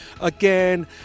again